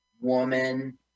Woman